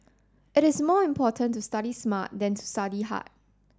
it is more important to study smart than to study hard